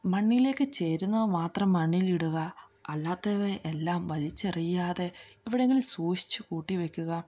മണ്ണിലേക്ക് ചേരുന്നത് മാത്രം മണ്ണിലിടുക അല്ലാത്തവയെ എല്ലാം വലിച്ചെറിയാതെ എവിടെയെങ്കിലും സൂക്ഷിച്ചു കൂട്ടിവയ്ക്കുക